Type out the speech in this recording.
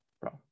bro